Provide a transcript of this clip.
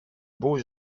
beau